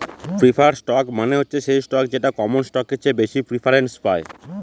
preferred stock মানে হচ্ছে সেই স্টক যেটা কমন স্টকের চেয়ে বেশি প্রিফারেন্স পায়